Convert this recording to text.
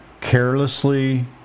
carelessly